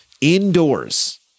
indoors